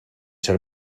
ser